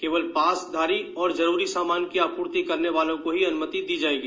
केवल पास वालों और जरूरी सामान की आपूर्ति करने वालों को ही अन्मति दी जाएगी